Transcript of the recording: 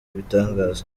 ibitangaza